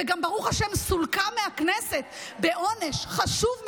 וגם ברוך השם סולקה מהכנסת בעונש חשוב מאוד,